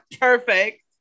Perfect